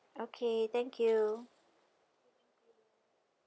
okay thank you